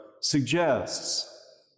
suggests